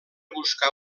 buscar